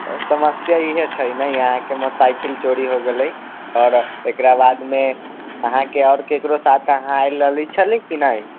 समस्या इहे छै ने अहाँके मोटरसाइकिल चोरी होगेलै और एकराबादमे अहाँके और केकरो साथ अहाँ आयल रहले छलिए कि ने